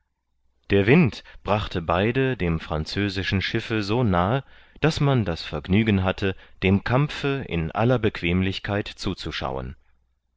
der wind brachte beide dem französischen schiffe so nahe daß man das vergnügen hatte dem kampfe in aller bequemlichkeit zuzuschauen